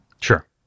Sure